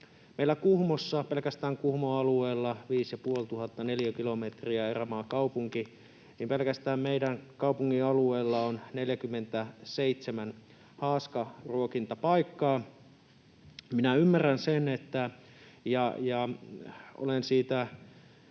Meillä Kuhmossa, pelkästään Kuhmon alueella — 5 500 neliökilometriä, erämaakaupunki — pelkästään meidän kaupungin alueella on 47 haaskaruokintapaikkaa. Minä ymmärrän sen, että